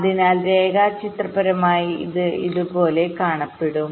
അതിനാൽ രേഖാചിത്രപരമായി ഇത് ഇതുപോലെ കാണപ്പെടും